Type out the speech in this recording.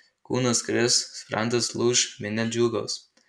kūnas kris sprandas lūš minia džiūgaus